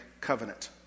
Covenant